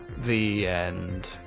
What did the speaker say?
the end.